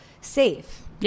safe